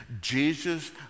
Jesus